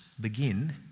begin